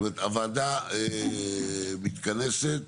הוועדה מתכנסת